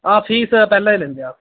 हां फीस पैह्ले गै लैदें अस